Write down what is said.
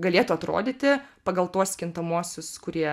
galėtų atrodyti pagal tuos kintamuosius kurie